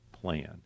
plan